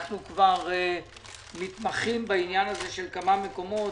אנחנו כבר מתמחים בעניין הזה בכמה מקומות.